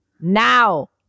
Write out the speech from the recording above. now